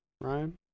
Ryan